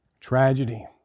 tragedy